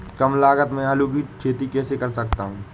कम लागत में आलू की खेती कैसे कर सकता हूँ?